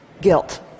Guilt